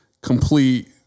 complete